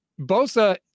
Bosa